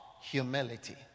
humility